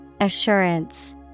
Assurance